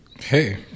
Hey